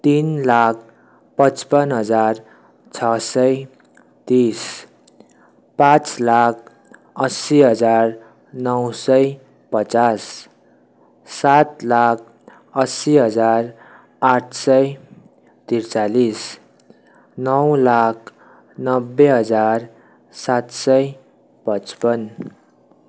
तिन लाख पचपन्न हजार छ सय तिस पाँच लाख असी हजार नौ सय पचास सात लाख असी हजार आठ सय त्रिचालिस नौ लाख नब्बे हजार सात सय पचपन्न